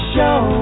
Show